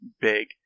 big